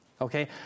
Okay